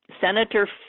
Senator